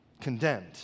condemned